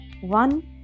One